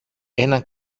έναν